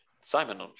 Simon